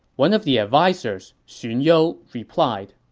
one of the advisers, xun you, replied,